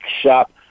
shop